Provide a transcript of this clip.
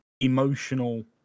emotional